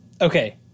okay